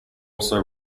also